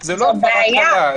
זו בעיה.